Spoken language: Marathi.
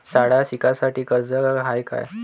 शाळा शिकासाठी कर्ज हाय का?